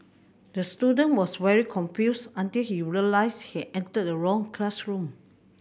the student was very confused until he realised he entered the wrong classroom